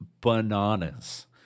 bananas